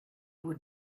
would